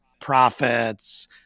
profits